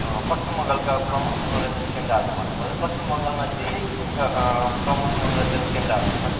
पश्चिम बङ्गालका प्रमुख मनोरन्जन केन्द्रहरू भन्नु पर्दा पश्चिम बङ्गालमा धेरै किसिमका प्रमुख मनोरन्जन केन्द्रहरू छन्